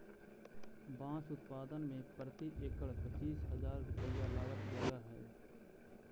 बाँस उत्पादन में प्रति एकड़ पच्चीस हजार रुपया लागत लगऽ हइ